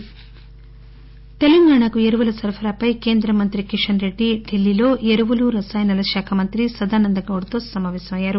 కిషన్ రెడ్డి తెలంగాణాకు ఎరువుల సరఫరాపై కేంద్ర మంత్రి కిషన్ రెడ్డి డిల్లీలో ఎరువులు రసాయనాల శాఖ మంత్రి సదానంద గౌడతో సమాపేశమయ్యారు